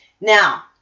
Now